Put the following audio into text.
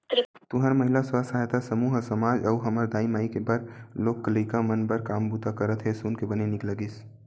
तुंहर महिला स्व सहायता समूह ह समाज अउ हमर दाई माई मन बर लोग लइका मन बर बने काम बूता करत हे सुन के बने नीक लगिस